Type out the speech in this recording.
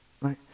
Right